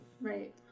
right